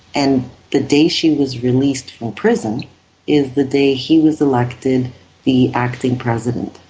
and the day she was released from prison is the day he was elected the acting president.